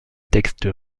textes